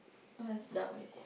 now has dark leh